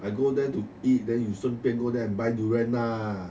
I go there to eat then you 顺便 go there and buy durian nah